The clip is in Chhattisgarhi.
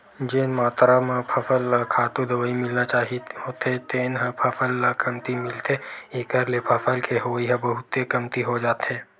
जेन मातरा म फसल ल खातू, दवई मिलना चाही होथे तेन ह फसल ल कमती मिलथे एखर ले फसल के होवई ह बहुते कमती हो जाथे